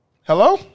Hello